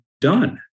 done